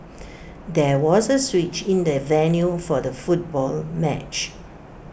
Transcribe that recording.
there was A switch in the venue for the football match